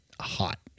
hot